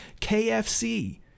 KFC